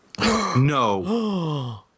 No